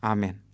Amen